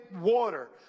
water